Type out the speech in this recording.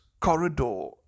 corridor